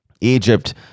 Egypt